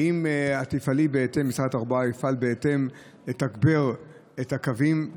האם משרד התחבורה יפעל בהתאם לתגבר את הקווים,